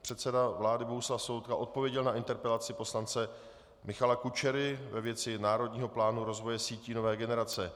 Předseda vlády Bohuslav Sobotka odpověděl na interpelaci poslance Michala Kučery ve věci Národního plánu rozvoje sítí nové generace.